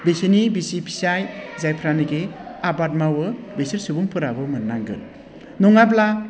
बिसोरनि बिसि फिसाइ जायफ्रानोखि आबाद मावो बिसोर सुबुंफोराबो मोननांगोन नङाब्ला